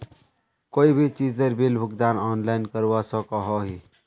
कोई भी चीजेर बिल भुगतान ऑनलाइन करवा सकोहो ही?